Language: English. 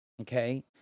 Okay